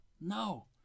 No